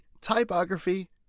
typography